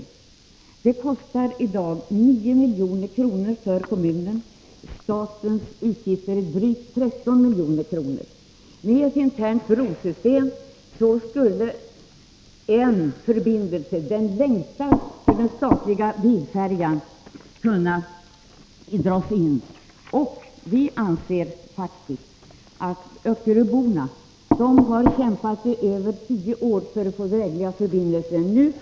I dag kostar färjetrafiken kommunen 9 milj.kr. och staten drygt 13 milj.kr. Med ett internt brosystem skulle en förbindelse, den längsta, den statliga bilfärjan, kunna dras in. Öckeröborna har kämpat i över tio år för att få drägliga förbindelser.